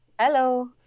Hello